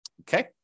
okay